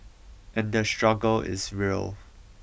and the struggle is real